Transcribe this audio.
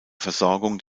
versorgung